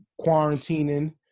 quarantining